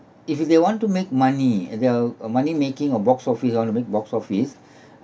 if they want to make money they're money making or box office on a big box office